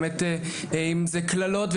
קללות,